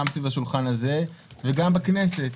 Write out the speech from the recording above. גם סביב השולחן הזה וגם בכנסת,